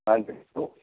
हाँ जी